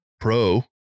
pro